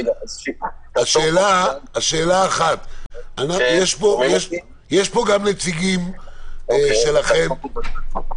יש פה גם נציגים שלכם